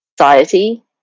society